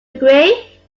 agree